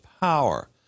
power